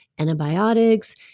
antibiotics